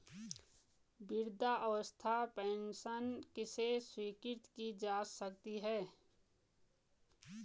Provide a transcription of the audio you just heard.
वृद्धावस्था पेंशन किसे स्वीकृत की जा सकती है?